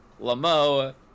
Lamo